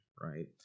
right